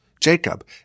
Jacob